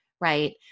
right